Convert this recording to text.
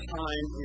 time